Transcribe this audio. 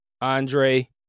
Andre